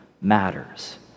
matters